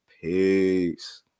peace